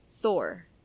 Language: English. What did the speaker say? Thor